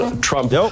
Trump